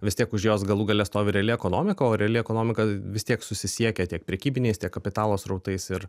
vis tiek už jos galų gale stovi reali ekonomika o reali ekonomika vis tiek susisiekia tiek prekybiniais tiek kapitalo srautais ir